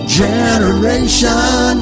generation